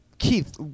Keith